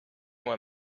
moi